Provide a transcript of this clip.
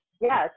Yes